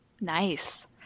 nice